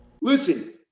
Listen